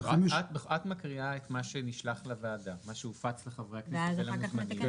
את קוראת את מה שנשלח לוועדה והופץ לחברי הכנסת ולמוזמנים.